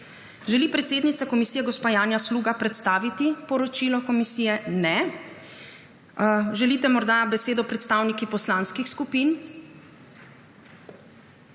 Želi predsednica komisije gospa Janja Sluga predstaviti poročilo Komisije? (Ne.) Ne. Želite morda besedo predstavniki poslanskih skupin?